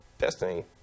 Destiny